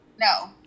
No